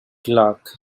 clark